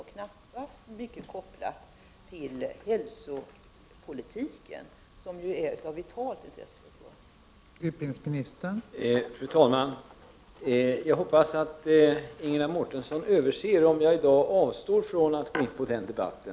Det ämnet är knappast kopplat till hälsopolitiken, som är av vitalt intresse för Göteborg.